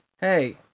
Hey